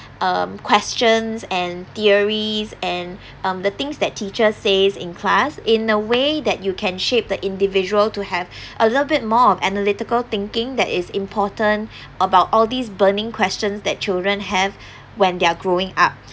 um questions and theories and um the things that teacher says in class in a way that you can shape the individual to have a little bit more of analytical thinking that is important about all these burning questions that children have when they're growing up